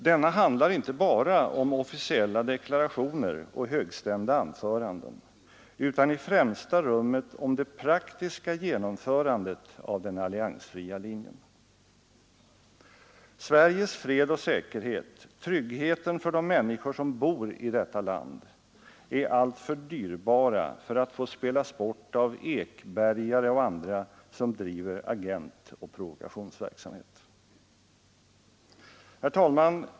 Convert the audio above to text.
Denna handlar inte bara om officiella deklarationer och högstämda anföranden, utan i främsta rummet om det praktiska genomförandet av den alliansfria linjen. Sveriges fred och säkerhet, tryggheten för de människor som bor i detta land är alltför dyrbara för att få spelas bort av Ekbergare och andra som driver agentoch provokationsverksamhet. Herr talman!